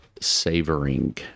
savoring